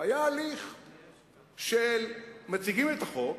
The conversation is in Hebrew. והיה הליך שמציגים את החוק